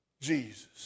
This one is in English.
Jesus